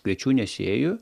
kviečių nesėju